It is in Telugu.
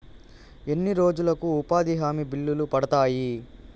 ఎన్ని రోజులకు ఉపాధి హామీ బిల్లులు పడతాయి?